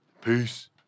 peace